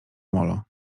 molo